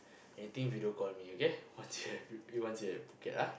anything video call me okay once you once you at Phuket ah